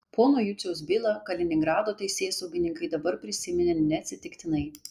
pono juciaus bylą kaliningrado teisėsaugininkai dabar prisiminė neatsitiktinai